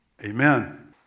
Amen